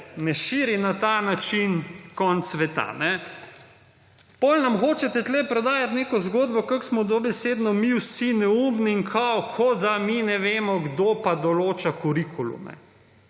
ne širi na ta način – konec sveta, kajne. Potem nam hočete tu prodajati neko zgodbo, kako smo dobesedno mi vsi neumni in kot da mi ne vemo, kdo pa določa kurikulume.